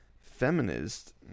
feminist